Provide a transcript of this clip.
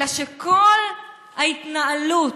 אלא שכל ההתנהלות